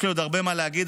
יש לי עוד הרבה מה להגיד,